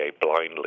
blindly